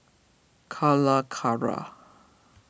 Calacara